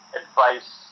advice